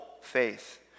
faith